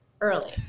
early